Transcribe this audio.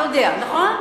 אתה יודע, נכון?